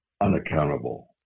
unaccountable